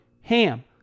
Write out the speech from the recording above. HAM